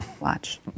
Watch